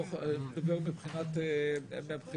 אני מדבר מהבחינה הרעיונית,